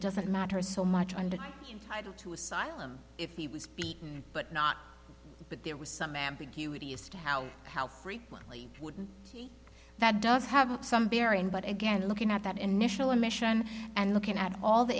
beatings doesn't matter so much under him title to asylum if he was beaten but not but there was some ambiguity as to how how frequently wouldn't he that does have some bearing but again looking at that initial admission and looking at all the